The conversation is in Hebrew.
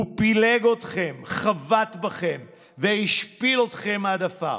הוא פילג אתכם, חבט בכם והשפיל אתכם עד עפר.